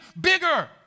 bigger